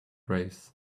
race